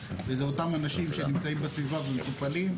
ואלה אותם אנשים שנמצאים בסביבה ומטופלים,